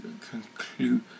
Conclude